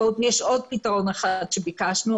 יש עוד פתרון אחד שביקשנו,